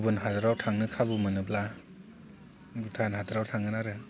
गुबुन हादराव थांनो खाबु मोनोब्ला भुटान हादराव थांगोन आरो